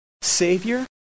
Savior